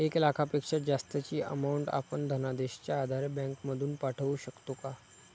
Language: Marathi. एक लाखापेक्षा जास्तची अमाउंट आपण धनादेशच्या आधारे बँक मधून पाठवू शकतो का?